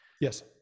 yes